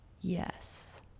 Yes